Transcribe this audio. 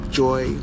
joy